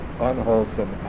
unwholesome